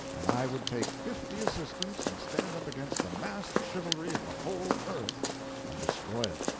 and i would take fifty assistants and stand up against the massed chivalry of the whole earth and destroy it.